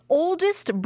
oldest